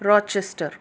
Rochester